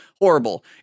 horrible